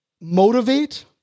motivate